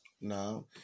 no